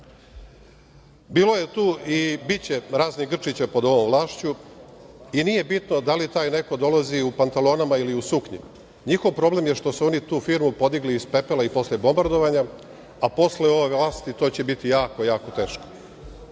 čudo. Bilo je tu, i biće, raznih Grčića, pod ovom vlašću, i nije bitno da li taj neko dolazi u pantalonama ili u suknji, njihov problem je što su oni tu firmu podigli iz pepela posle bombardovanja a posle ove vlasti to će biti jako, jako teško.